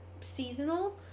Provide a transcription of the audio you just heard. seasonal